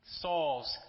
Saul's